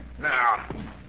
Now